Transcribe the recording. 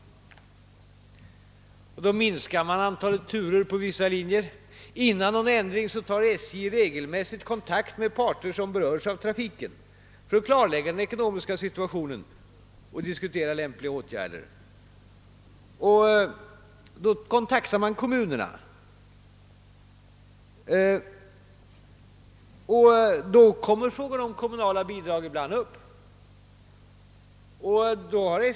Då har antalet turer på vissa linjer minskat. Men innan någon ändring görs tar SJ regelmässigt kontakt med de parter som berörs av trafiken för att klarlägga den ekonomiska situationen och för att diskutera lämpliga åtgärder. Man kontaktar då kommunerna, och därvid kommer frågan om kommunala bidrag ibland upp.